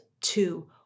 two